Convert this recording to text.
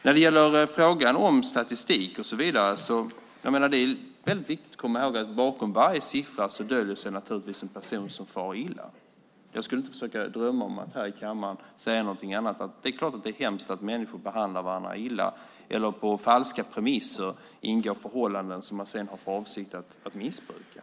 När det gäller frågan om statistik och så vidare är det väldigt viktigt att komma ihåg att bakom varje siffra döljer sig naturligtvis en person som far illa. Jag skulle inte drömma om att här i kammaren försöka säga något annat. Det är klart att det är hemskt att människor behandlar varandra illa eller på falska premisser ingår förhållanden som de sedan har för avsikt att missbruka.